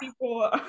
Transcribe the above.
people